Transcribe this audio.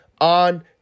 on